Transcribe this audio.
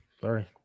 sorry